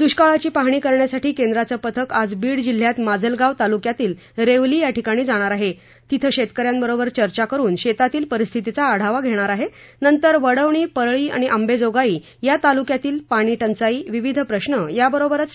दुष्काळाची पाहणी करण्यासाठी केंद्राचं पथक आज बीड जिल्ह्यात माजलगाव तालुक्यातील रेवली या ठिकाणी जाणार आहे तिथं शेतकऱ्याबरोबर चर्चा करून शेतातील परिस्थितीचा आढावा घेणार आहे नंतर वडवणीपरळी आणि अंबाजोगाई या तालुक्यातील पाणी टंचाई विविध प्रश्र या बरोबरच